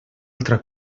altra